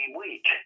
week